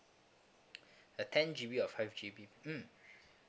a ten G B or five G B mm